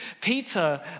Peter